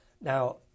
Now